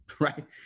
right